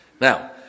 Now